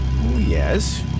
Yes